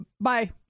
bye